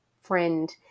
friend